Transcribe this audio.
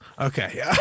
Okay